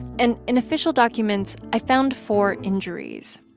and in official documents, i found four injuries.